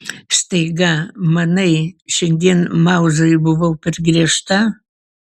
staiga manai šiandien mauzai buvau per griežta